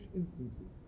instantly